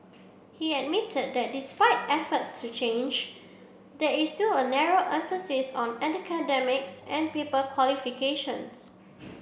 he admitted that despite effort to change there is still a narrow emphasis on academics and paper qualifications